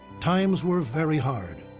times were very hard.